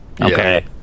Okay